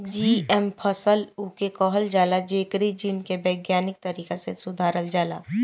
GM फसल उके कहल जाला जेकरी जीन के वैज्ञानिक तरीका से सुधारल जाला